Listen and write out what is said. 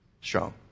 strong